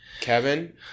Kevin